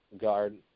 guard